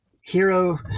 hero